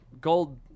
Gold